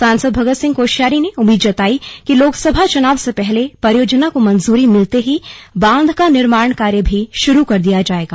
सांसद भगत सिंह कोश्यारी ने उम्मीद जतायी कि लोकसभा चुनाव से पहले परियोजना को मंजूरी मिलते ही बांध का निर्माण कार्य भी शुरू कर दिया जायेगा